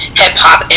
hip-hop